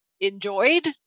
enjoyed